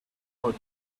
foot